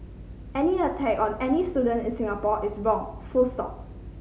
any attack on any student in Singapore is wrong full stop